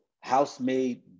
house-made